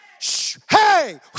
Hey